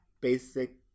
basic